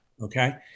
okay